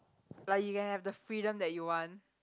like you can have the freedom that you want